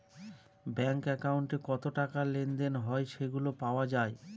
bank একাউন্টে কত টাকা লেনদেন হয় সেগুলা পাওয়া যায়